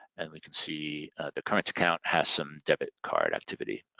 and we can see the current account has some debit card activity,